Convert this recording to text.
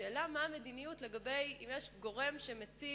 השאלה היא מה המדיניות לגבי גורם שמציב